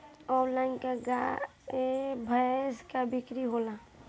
Online का गाय भैंस क बिक्री होला?